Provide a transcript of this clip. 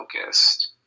focused